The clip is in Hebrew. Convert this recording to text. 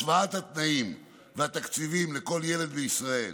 השוואת התנאים והתקציבים לכל ילד בישראל